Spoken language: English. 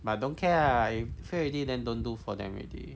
but I don't care lah I fail already then don't do for them already